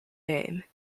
name